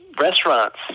restaurants